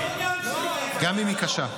גם אם היא קשה.